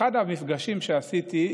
באחד המפגשים שעשיתי,